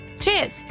Cheers